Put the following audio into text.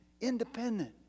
independent